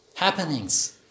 Happenings